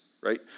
right